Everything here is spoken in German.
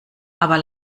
aber